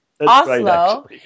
Oslo